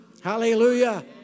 hallelujah